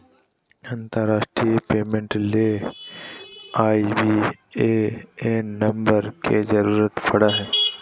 अंतरराष्ट्रीय पेमेंट ले IBAN number के जरूरत पड़ो हय